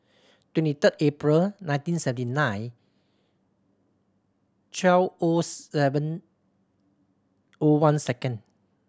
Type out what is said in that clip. twenty third April nineteen seventy nine twelve O seven O one second